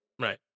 Right